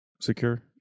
secure